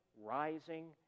rising